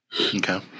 Okay